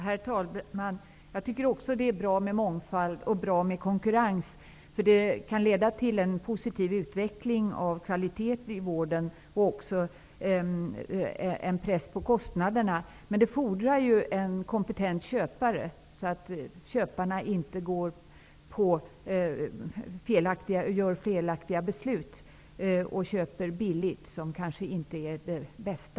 Herr talman! Jag tycker också att det bra med mångfald och konkurrens, för därigenom kan det bli en positiv utveckling av kvaliteten i vården och en press på kostnaderna. Men då fordras det kompetenta köpare. Köparna får ju inte fatta felaktiga beslut och köpa billigt som kanske inte är det bästa.